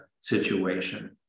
situation